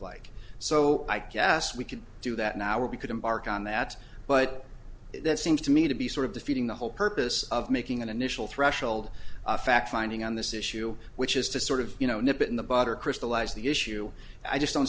like so i guess we could do that now or we could embark on that but that seems to me to be sort of defeating the whole purpose of making an initial threshold a fact finding on this issue which is to sort of you know nip it in the bud or crystallize the issue i just don't